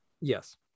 Yes